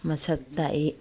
ꯃꯁꯛ ꯇꯥꯛꯏ